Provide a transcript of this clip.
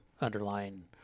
underlying